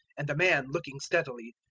and the man, looking steadily,